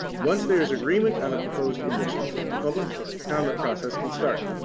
once there is agreement on the proposed conditions, the public comment process can start.